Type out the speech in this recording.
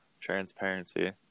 transparency